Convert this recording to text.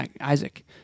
Isaac